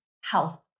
health